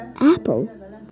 Apple